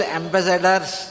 ambassadors